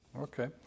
Okay